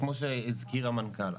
כמו שהזכיר המנכ"ל.